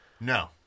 No